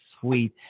sweet